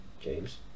James